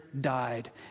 died